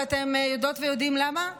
ואתם יודעות ויודעים למה?